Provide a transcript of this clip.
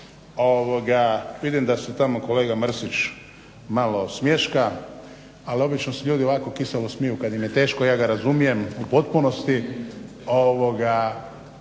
Vidim da se tamo kolega Mrsić malo smješka ali obično se ljudi ovako kiselo smiju kada im je teško ja ga razumijem u potpunosti